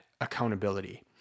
accountability